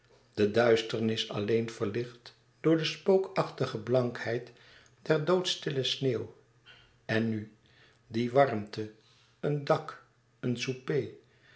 de duisternis alleen verlicht door de spookachtige blankheid der doodstille sneeuw en nu die warmte een dak een souper